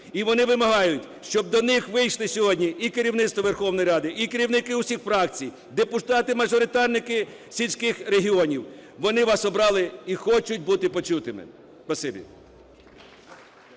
І вони вимагають, щоб до них вийшли сьогодні і керівництво Верховної Ради, і керівники всіх фракцій, депутати-мажоритарники сільських регіонів. Вони вас обрали і хочуть бути почутими.